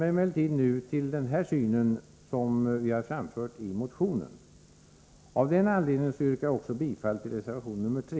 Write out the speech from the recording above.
mig emellertid.nu till den syn vi, haroframfört,i, motionen. .Ay.den anledningen, yrkar jag också bifall till reservation nr 3.